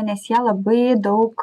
nes jie labai daug